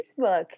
Facebook